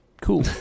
Cool